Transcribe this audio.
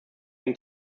eng